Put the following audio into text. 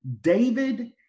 David